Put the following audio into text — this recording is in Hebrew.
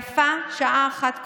ויפה שעה אחת קודם.